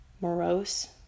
Morose